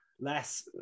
less